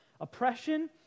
oppression